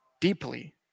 deeply